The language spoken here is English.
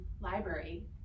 library